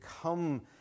come